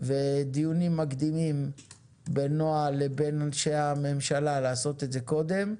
ודיונים מקדימים בנוהל לבין אנשי הממשלה לעשות את זה קודם,